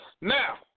Now